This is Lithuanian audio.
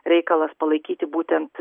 reikalas palaikyti būtent